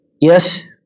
Yes